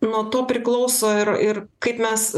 nuo to priklauso ir ir kaip mes